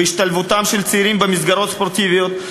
בהשתלבותם של צעירים במסגרות ספורטיביות,